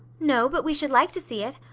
no, but we should like to see it.